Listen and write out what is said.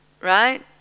Right